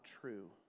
true